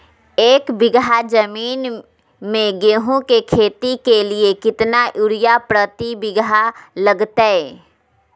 एक बिघा जमीन में गेहूं के खेती के लिए कितना यूरिया प्रति बीघा लगतय?